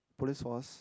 police force